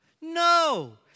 No